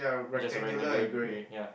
just a rectangular grey ya